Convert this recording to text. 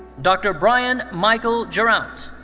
dr. brian michael jirout.